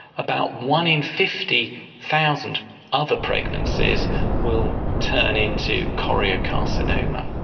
about one in fifty thousand other pregnancies will turn into choriocarcinoma.